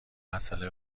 مسأله